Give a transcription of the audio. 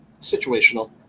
Situational